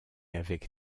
avec